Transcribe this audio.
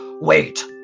Wait